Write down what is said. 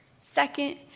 second